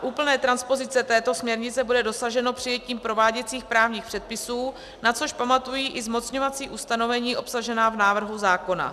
Úplné transpozice této směrnice bude dosaženo přijetím prováděcích právních předpisů, na což pamatují i zmocňovací ustanovení obsažená v návrhu zákona.